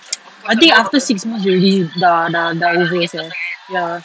I think after six months you already dah dah dah tak kisah ya